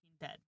Dead